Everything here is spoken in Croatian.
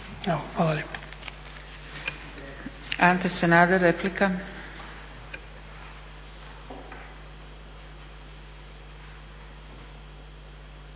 Hvala